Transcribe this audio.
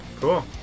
Cool